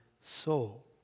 soul